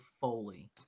Foley